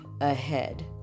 ahead